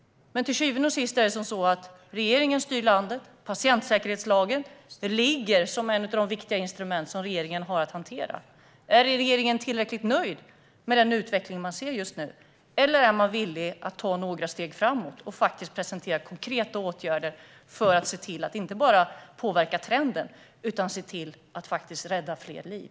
Men till syvende och sist är det så att regeringen styr landet, och patientsäkerhetslagen är ett av de viktiga instrument som regeringen har att hantera. Är regeringen tillräckligt nöjd med den utveckling man ser just nu, eller är man villig att ta några steg framåt och presentera konkreta åtgärder för att se till att inte bara påverka trenden utan faktiskt rädda fler liv?